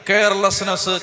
Carelessness